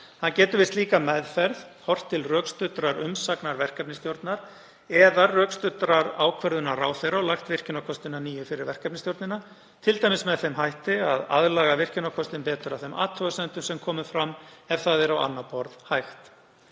Hann getur við slíka meðferð horft til rökstuddrar umsagnar verkefnisstjórnar eða rökstuddrar ákvörðunar ráðherra og lagt virkjunarkostinn að nýju fyrir verkefnisstjórnina, t.d. með þeim hætti að aðlaga virkjunarkostinn betur að þeim athugasemdum sem komu fram ef það er á annað borð hægt.